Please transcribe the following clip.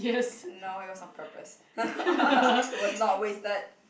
no it was on purpose it was not wasted